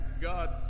God